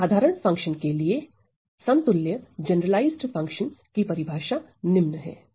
इस साधारण फंक्शन के लिए समतुल्य जनरलाइज्ड फंक्शन की परिभाषा निम्न है